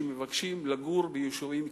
שמבקשים לגור ביישובים קהילתיים,